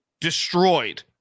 destroyed